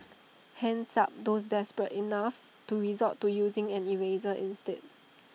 hands up those desperate enough to resort to using an eraser instead